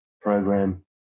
program